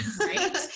right